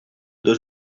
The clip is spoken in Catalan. dos